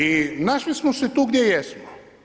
I našli smo se tu gdje jesmo.